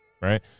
Right